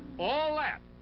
all that,